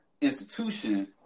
institution